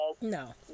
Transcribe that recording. no